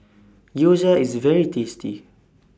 Gyoza IS very tasty